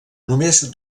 només